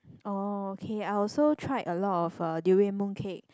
oh okay I also tried a lot of uh durian mooncake